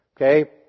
Okay